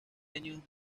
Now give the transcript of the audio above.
genios